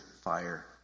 fire